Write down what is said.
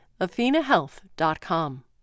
athenahealth.com